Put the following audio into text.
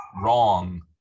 wrong